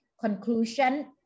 conclusion